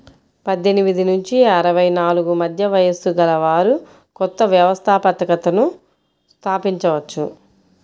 పద్దెనిమిది నుంచి అరవై నాలుగు మధ్య వయస్సు గలవారు కొత్త వ్యవస్థాపకతను స్థాపించవచ్చు